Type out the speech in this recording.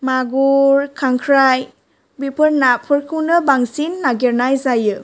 मागुर खांख्राइ बेफोर नाफोरखौनो बांसिन नागिरनाय जायो